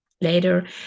later